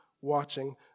watching